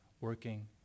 working